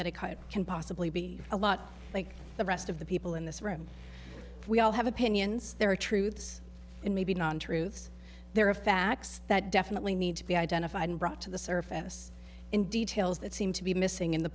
it can possibly be a lot like the rest of the people in this room we all have opinions there are truths and maybe non truths there are facts that definitely need to be identified and brought to the surface in details that seem to be missing in the